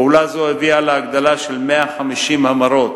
פעולה זו הביאה להגדלה של 150 המרות,